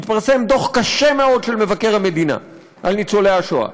התפרסם דוח קשה מאוד של מבקר המדינה על ניצולי השואה.